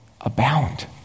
abound